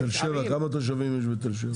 כמה תושבים יש בתל שבע?